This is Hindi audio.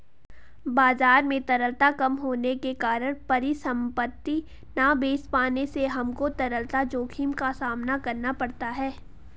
बाजार में तरलता कम होने के कारण परिसंपत्ति ना बेच पाने से हमको तरलता जोखिम का सामना करना पड़ता है